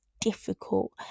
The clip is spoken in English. difficult